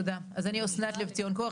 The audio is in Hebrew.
שלום.